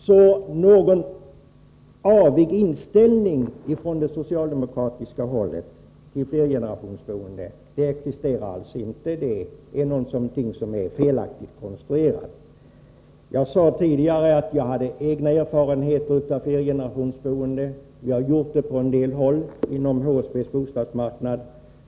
Någon avog inställning från det socialdemokratiska hållet till flergenerationsboende existerar alltså inte — utan det är någonting som Elisabeth Fleetwood har konstruerat. Jag sade tidigare att jag har egna erfarenheter av flergenerationsboende. Vi har gjort försök med sådant boende på en del håll inom HSB:s bostadsmarknad.